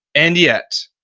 and yet,